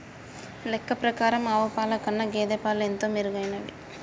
లెక్క ప్రకారం ఆవు పాల కన్నా గేదె పాలు ఎంతో మెరుగైనవి